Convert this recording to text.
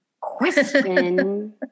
Question